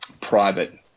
private